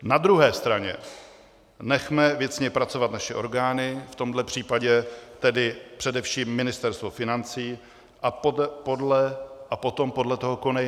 Na druhé straně, nechme věcně pracovat naše orgány v tomhle případě tedy především Ministerstvo financí , a potom podle toho konejme.